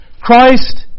Christ